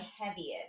heaviest